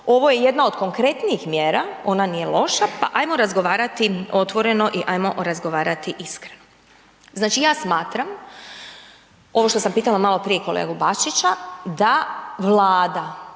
ovo je jedna od konkretnijih mjera, ona nije loša pa ajmo razgovarati otvoreno i ajmo razgovarati iskreno. Znači ja smatram, ovo što sam pitala maloprije kolegu Bačića, da Vlada